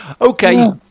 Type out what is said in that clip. Okay